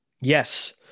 Yes